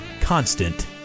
constant